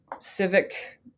civic